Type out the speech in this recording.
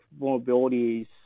vulnerabilities